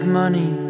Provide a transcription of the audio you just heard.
money